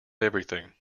everything